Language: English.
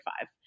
five